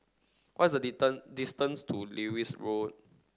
what is the distance to Lewis Road